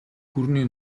гүрний